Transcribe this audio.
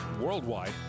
worldwide